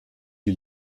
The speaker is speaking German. die